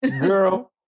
girl